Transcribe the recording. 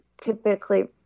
typically